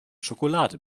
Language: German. schokolade